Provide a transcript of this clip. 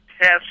test